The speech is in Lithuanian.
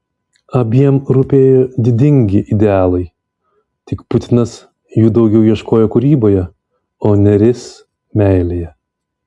abiem rūpėjo didingi idealai tik putinas jų daugiau ieškojo kūryboje o nėris meilėje